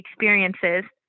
experiences